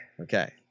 Okay